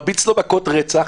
מרביץ לו מכות רצח,